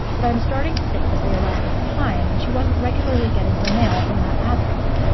but i'm starting to think that they arrived on time and she wasn't regularly getting her mail from that address.